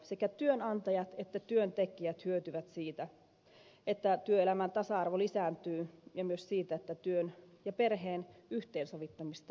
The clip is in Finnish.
sekä työnantajat että työntekijät hyötyvät siitä että työelämän tasa arvo lisääntyy ja myös siitä että työn ja perheen yhteensovittamista tuetaan